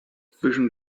zwischen